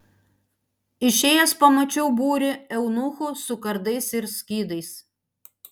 išėjęs pamačiau būrį eunuchų su kardais ir skydais